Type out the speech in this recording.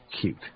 Cute